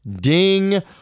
ding